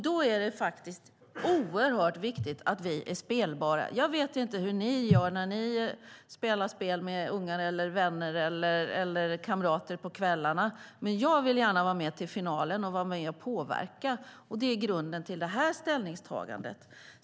Då är det oerhört viktigt att vi är spelbara. Jag vet inte hur ni gör när ni spelar spel med ungar och vänner på kvällarna, men jag vill gärna vara med till finalen och kunna påverka. Det är grunden till detta ställningstagande.